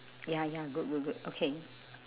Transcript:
ya ya good good good okay